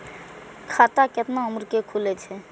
खाता केतना उम्र के खुले छै?